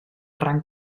rang